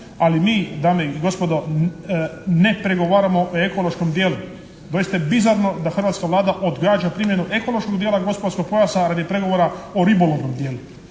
ali mi dame i gospodo ne pregovaramo o ekološkom dijelu. Doista je bizarno da hrvatska Vlada odgađa primjenu ekološkog dijela gospodarskog pojasa radi pregovora o ribolovnom dijelu,